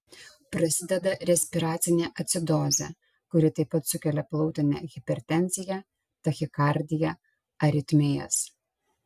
prasideda respiracinė acidozė kuri taip pat sukelia plautinę hipertenziją tachikardiją aritmijas